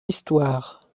histoire